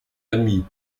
ami